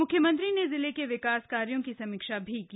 मुख्यमंत्री ने जिले के विकास कार्यों की समीक्षा भी की